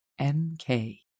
MK